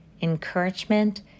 encouragement